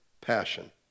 passion